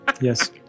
Yes